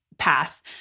path